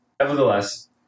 Nevertheless